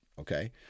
okay